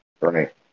right